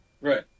Right